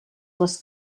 les